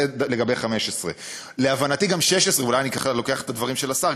זה לגבי 15'. להבנתי גם 16' אולי אני לוקח את הדברים של השר,